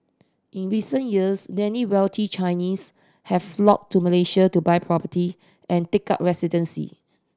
in recent years many wealthy Chinese have flocked to Malaysia to buy property and take up residency